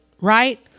right